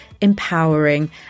empowering